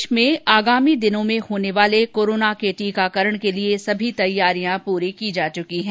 देश में आगामी दिनों में होने वाले कोरोना के टीकाकरण के लिये सभी तैयारियां पूरी की जा चुकी है